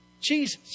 Jesus